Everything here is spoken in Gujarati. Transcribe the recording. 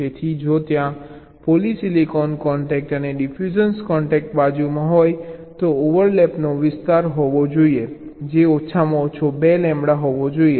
તેથી જો ત્યાં પોલિસિલિકોન કોન્ટેક અને ડિફ્યુઝન કોન્ટેક બાજુમાં હોય તો ઓવરલેપનો વિસ્તાર હોવો જોઈએ જે ઓછામાં ઓછો 2 લેમ્બડા હોવો જોઈએ